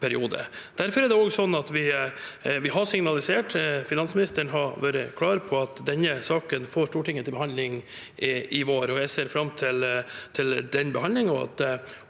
og finansministeren har vært klar på, at denne saken får Stortinget til behandling i vår. Jeg ser fram til den behandlingen,